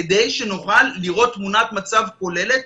כדי שנוכל לראות תמונת מצב כוללת,